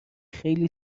خیلی